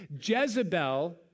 Jezebel